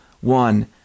one